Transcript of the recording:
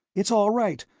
it's all right,